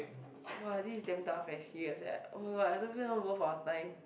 !wah! this is damn tough eh serious eh oh-my-god I don't even know worth our time